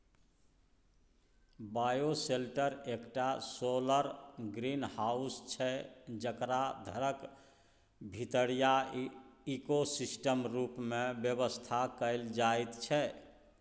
bioshelter एकटा solar greenhouse छै जकरा घरक भीतरीया इकोसिस्टम रुप मे बेबस्था कएल जाइत छै